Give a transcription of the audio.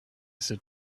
sit